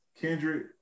Kendrick